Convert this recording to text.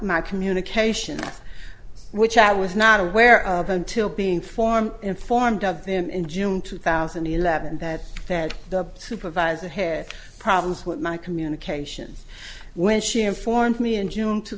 my communications which i was not aware of until being form informed of them in june two thousand and eleven that said the supervisor head problems with my communications when she informed me in june two